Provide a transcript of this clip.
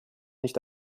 nicht